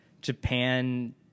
Japan